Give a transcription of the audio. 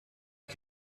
you